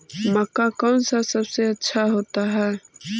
मक्का कौन सा सबसे अच्छा होता है?